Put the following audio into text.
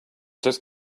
just